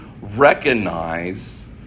recognize